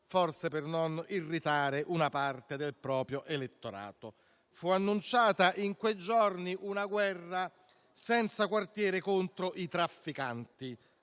forse per non irritare una parte del proprio elettorato. Fu annunciata in quei giorni una guerra senza quartiere contro i trafficanti,